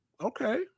okay